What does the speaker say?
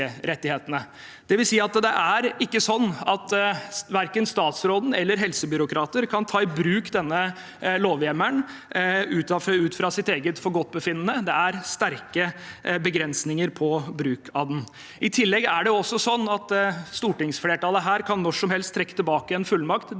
Det vil si at verken statsråden eller helsebyråkrater kan ta i bruk denne lovhjemmelen ut fra eget forgodtbefinnende. Det er sterke begrensninger på bruk av den. I tillegg kan stortingsflertallet her når som helst trekke tilbake en fullmakt